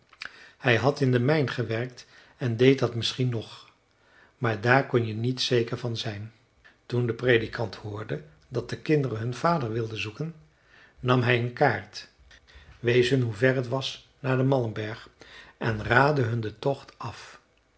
hij had in de mijn gewerkt en deed dat misschien nog maar daar kon je niet zeker van zijn toen de predikant hoorde dat de kinderen hun vader wilden zoeken nam hij een kaart wees hun hoe ver het was naar den malmberg en raadde hun den tocht af